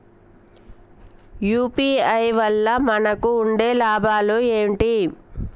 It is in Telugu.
యూ.పీ.ఐ వల్ల మనకు ఉండే లాభాలు ఏంటి?